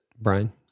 Brian